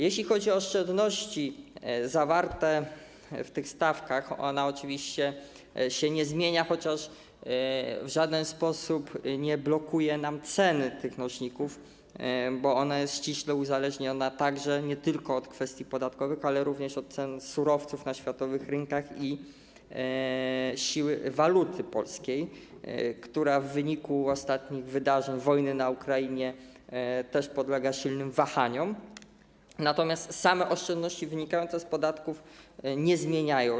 Jeśli chodzi o oszczędności zawarte w tych stawkach, ona oczywiście się nie zmienia, chociaż w żaden sposób nie blokuje nam ceny tych nośników, bo jest ściśle uzależniona nie tylko od kwestii podatkowych, ale również od ceny surowców na światowych rynkach i siły waluty polskiej, która w wyniku ostatnich wydarzeń, wojny na Ukrainie, też podlega silnym wahaniom, natomiast same oszczędności wynikające z podatków się nie zmieniają.